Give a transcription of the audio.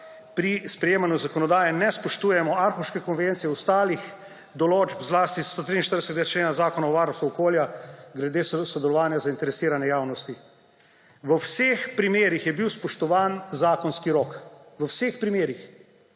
pri sprejemanju zakonodaje ne spoštujemo Aarhuške konvencije, ostalih določb, zlasti 143. člena Zakona o varstvu okolja glede sodelovanja zainteresirane javnosti. V vseh primerih je bil spoštovan zakonski rok. V vseh primerih.